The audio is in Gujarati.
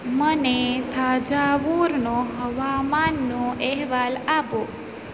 મને થાજાવુરનો હવામાનનો અહેવાલ આપો